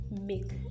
make